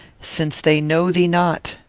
since they know thee not.